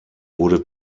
wurde